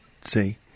see